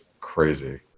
crazy